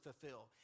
fulfill